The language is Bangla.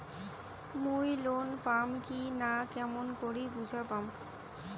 মুই লোন পাম কি না কেমন করি বুঝা পাম?